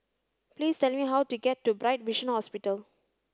please tell me how to get to Bright Vision Hospital